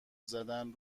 زدن